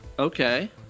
Okay